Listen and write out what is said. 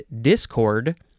discord